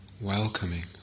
welcoming